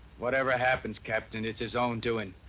whatever happens, captain, it's his own doing.